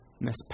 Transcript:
Miss